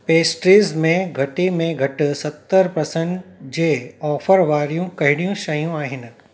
pastries में घटि में घटि सतरि परसेंट जे ऑफर वारियूं कहिड़ियूं शयूं आहिनि